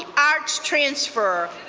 and arts transfer.